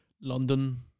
London